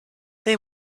they